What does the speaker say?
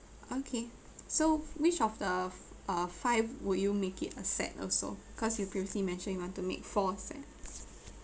okay so which of the uh five would you make it a set also cause you previously mentioned you want to make four set